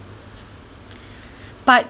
part